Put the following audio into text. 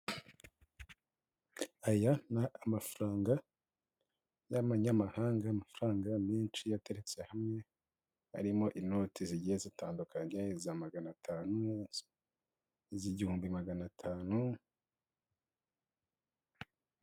Aya ni amafaranga y'imanyamahanga, amafaranga menshi yateretse hamwe harimo inoti zigiye zitandukanye za magana atanu n'izigihumbi magana atanu.